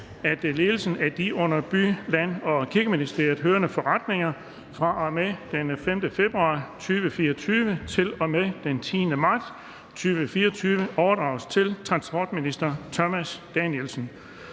at ledelsen af de under By-, Land- og Kirkeministeriet hørende forretninger fra og med den 5. februar 2024 til og med den 10. marts 2024 overdrages til transportminister Thomas Danielsen.